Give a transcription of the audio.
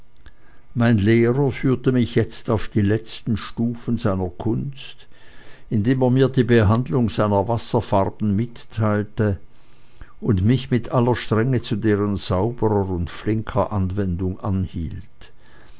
mein lehrer führte mich jetzt auf die letzten stufen seiner kunst indem er mir die behandlung seiner wasserfarben mitteilte und mich mit aller strenge zu deren sauberer und flinker anwendung anhielt